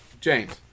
James